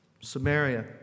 Samaria